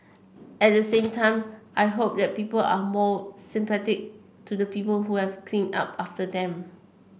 at the same time I hope that people are more to the people who have clean up after them